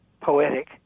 poetic